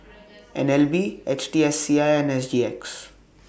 N L B H T S C I and S G X